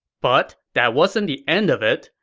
but that wasn't the end of it.